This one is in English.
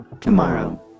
tomorrow